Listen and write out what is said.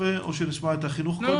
חינוך,